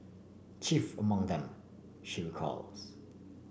chief among them she recalls